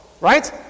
right